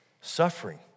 suffering